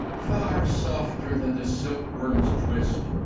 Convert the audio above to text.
far softer than the silk worm's twist,